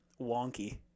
wonky